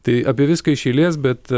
tai apie viską iš eilės bet